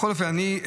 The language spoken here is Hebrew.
בכל אופן,